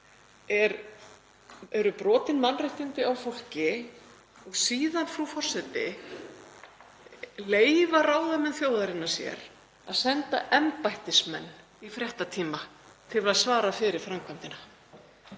purkunarlaust brotin á fólki. Síðan, frú forseti, leyfa ráðamenn þjóðarinnar sér að senda embættismenn í fréttatíma til að svara fyrir framkvæmdina.